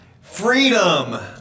freedom